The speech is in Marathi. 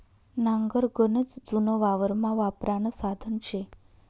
नांगर गनच जुनं वावरमा वापरानं साधन शे